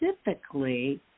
specifically